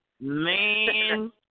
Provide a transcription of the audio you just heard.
Man